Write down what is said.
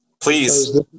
Please